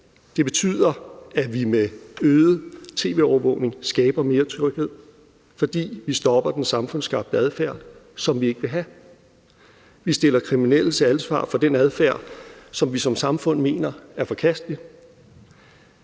Det betyder, at vi med øget tv-overvågning skaber mere tryghed, for vi stopper den samfundsskabte adfærd, som vi ikke vil have. Vi stiller kriminelle til ansvar for den adfærd, som vi som samfund mener er forkastelig.